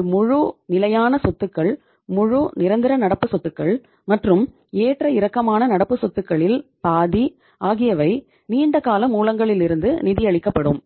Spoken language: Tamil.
உங்கள் முழு நிலையான சொத்துக்கள் முழு நிரந்தர நடப்பு சொத்துக்கள் மற்றும் ஏற்ற இறக்கமான நடப்பு சொத்துகளில் பாதி ஆகியவை நீண்ட கால மூலங்களிலிருந்து நிதியளிக்கப்படும்